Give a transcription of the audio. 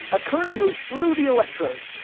a current moves through the electrodes.